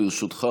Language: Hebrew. ברשותך,